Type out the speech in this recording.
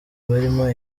barimo